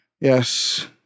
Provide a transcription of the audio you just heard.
Yes